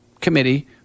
committee